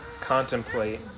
contemplate